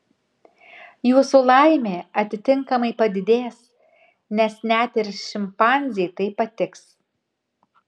jūsų laimė atitinkamai padidės nes net ir šimpanzei tai patiks